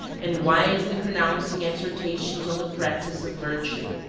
and wisely pronouncing exhortations on the practice of virtue.